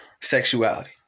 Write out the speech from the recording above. sexuality